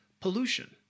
pollution